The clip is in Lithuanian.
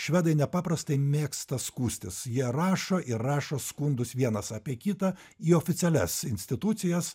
švedai nepaprastai mėgsta skųstis jie rašo ir rašo skundus vienas apie kitą į oficialias institucijas